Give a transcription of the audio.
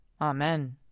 Amen